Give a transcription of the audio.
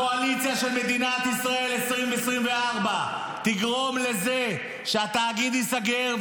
הקואליציה של מדינת ישראל 2024 תגרום לזה שהתאגיד ייסגר.